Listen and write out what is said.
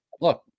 Look